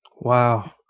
Wow